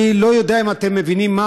אני לא יודע אם אתם מבינים מה